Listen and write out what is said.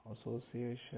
association